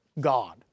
God